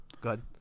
good